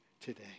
today